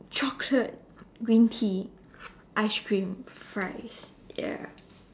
chocolate green tea ice cream fries ya